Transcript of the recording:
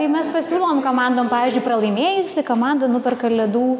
tai mes pasiūlom komandom pavyzdžiui pralaimėjusi komanda nuperka ledų